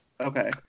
Okay